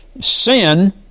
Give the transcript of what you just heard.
sin